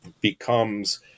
becomes